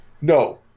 no